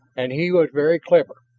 and he was very clever.